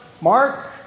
Mark